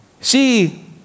See